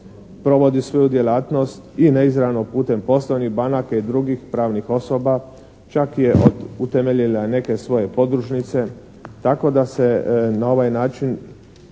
provodi svoju djelatnost i neizravno putem poslovnih banaka i drugih pravnih osoba čak je utemeljila neke svoje podružnice tako da se na ovaj način